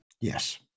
Yes